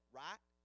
right